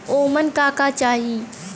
ओमन का का चाही?